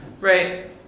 right